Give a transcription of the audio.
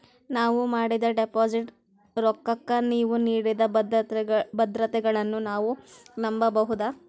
ನಾವು ಮಾಡಿದ ಡಿಪಾಜಿಟ್ ರೊಕ್ಕಕ್ಕ ನೀವು ನೀಡಿದ ಭದ್ರತೆಗಳನ್ನು ನಾವು ನಂಬಬಹುದಾ?